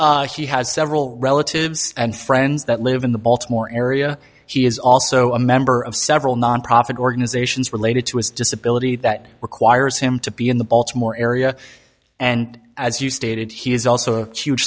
honor he has several relatives and friends that live in the baltimore area he is also a member of several nonprofit organizations related to his disability that requires him to be in the baltimore area and as you stated he is also a huge